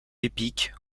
épique